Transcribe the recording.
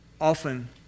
often